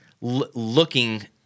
looking